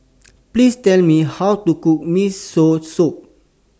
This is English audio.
Please Tell Me How to Cook Miso Soup